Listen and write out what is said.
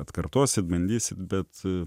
atkartosit bandysit bet